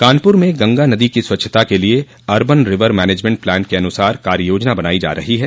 कानपुर में गंगा नदी की स्वच्छता के लिए अर्बन रिवर मैनेजमेंट प्लान के अनुसार कार्ययोजना बनायी जा रही है